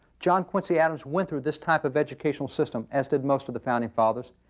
john quincy adams went through this type of educational system, as did most of the founding fathers.